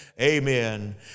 Amen